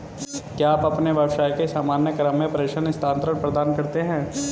क्या आप अपने व्यवसाय के सामान्य क्रम में प्रेषण स्थानान्तरण प्रदान करते हैं?